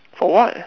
for what